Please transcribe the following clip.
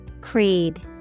Creed